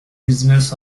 business